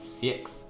Six